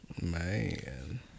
man